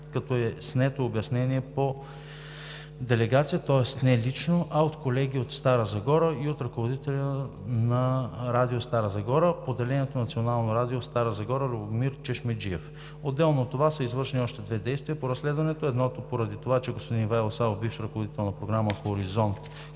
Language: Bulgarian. като е снето обяснение по делегация, тоест не лично, а от колеги от Стара Загора и от ръководителя на Радио – Стара Загора, поделението на Националното радио в Стара Загора – господин Любомир Чешмеджиев. Отделно от това са извършени още две действия по разследването – едното е поради това, че господин Ивайло Савов, бивш ръководител на програма „Хоризонт“,